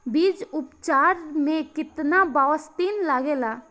बीज उपचार में केतना बावस्टीन लागेला?